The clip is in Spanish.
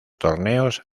torneos